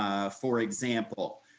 um for example.